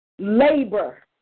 Labor